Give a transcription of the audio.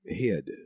head